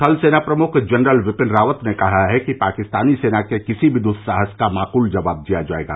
थल सेना प्रमुख जनरल बिपिन रावत ने कहा है कि पाकिस्तानी सेना के किसी भी दुस्साहस का माकूल जवाब दिया जायेगा